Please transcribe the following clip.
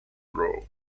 row